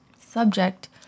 subject